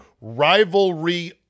rivalry